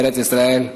ארץ ישראל,